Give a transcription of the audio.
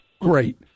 Great